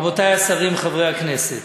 רבותי השרים, חברי הכנסת,